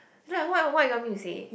no ah what you what you want me to say